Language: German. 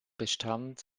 bestand